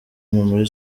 muri